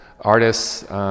artists